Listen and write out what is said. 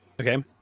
Okay